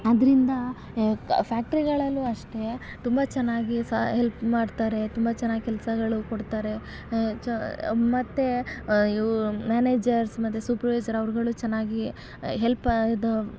ಅದರಿಂದ ಈ ಫ್ಯಾಕ್ಟ್ರಿಗಳಲ್ಲೂ ಅಷ್ಟೇ ತುಂಬ ಚೆನ್ನಾಗಿ ಸ ಹೆಲ್ಪ್ ಮಾಡ್ತಾರೆ ತುಂಬ ಚೆನ್ನಾಗ್ ಕೆಲ್ಸಗಳು ಕೊಡ್ತಾರೆ ಮತ್ತು ಮ್ಯಾನೇಜರ್ಸ್ ಮತ್ತು ಸೂಪರ್ವೈಸರ್ ಅವ್ರುಗಳು ಚೆನ್ನಾಗಿ ಹೆಲ್ಪ್ ಇದು